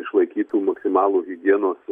išlaikytų maksimalų higienos